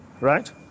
Right